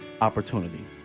opportunity